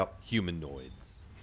humanoids